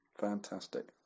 Fantastic